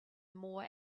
more